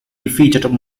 defeated